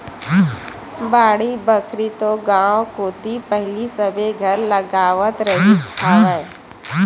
बाड़ी बखरी तो गाँव कोती पहिली सबे घर लगावत रिहिस हवय